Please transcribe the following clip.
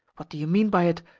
what do you mean by it,